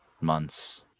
months